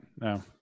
no